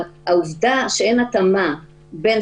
העובדה שאין התאמה בן